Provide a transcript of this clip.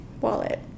wallet